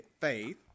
faith